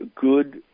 good